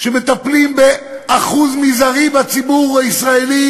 שמטפלים באחוז מזערי בציבור הישראלי,